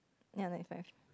ya ninety five